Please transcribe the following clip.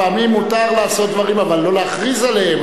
לפעמים מותר לעשות דברים אבל לא להכריז עליהם,